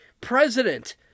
president